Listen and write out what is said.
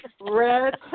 red